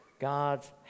God's